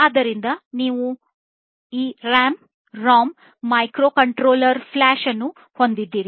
ಆದ್ದರಿಂದ ನೀವು ಈ RAM ROM ಮೈಕ್ರೊಕಂಟ್ರೋಲರ್ ಫ್ಲ್ಯಾಷ್ ಅನ್ನು ಹೊಂದಿದ್ದೀರಿ